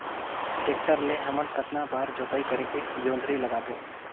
Tractor ले हमन कतना बार जोताई करेके जोंदरी लगाबो?